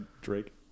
Drake